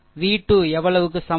V 2 எவ்வளவுக்கு சமம்